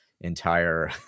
entire